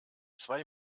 zwei